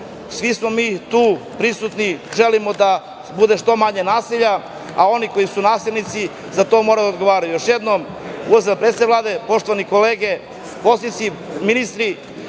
Svi smo mi tu prisutni, želimo da bude što manje nasilja, a oni koji su nasilnici za to moraju da odgovaraju. Još jednom, uvažena predsednice Vlade, poštovane kolege poslanici, ministri,